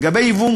לגבי ייבוא,